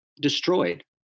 destroyed